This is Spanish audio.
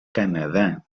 canadá